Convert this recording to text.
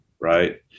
right